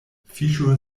fiŝo